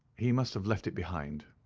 he must have left it behind,